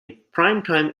primetime